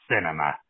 Cinema